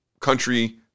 country